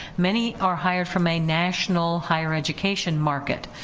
many are hired from a national higher education market.